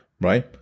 Right